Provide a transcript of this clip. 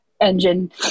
engine